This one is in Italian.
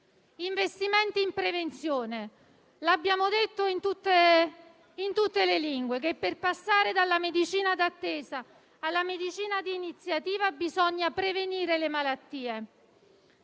investimenti in prevenzione: abbiamo detto in tutte le lingue che per passare dalla medicina d'attesa alla medicina d'iniziativa bisogna prevenire le malattie.